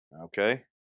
Okay